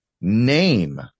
Name